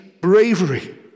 bravery